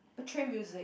portray music